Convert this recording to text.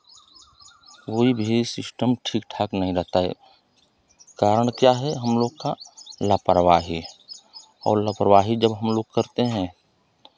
कोई भी सिस्टम ठीक ठाक नहीं रहता है कारण क्या है हमलोग का लापरवाही है और लापरवाही जब हमलोग करते हैं